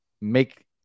make